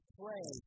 play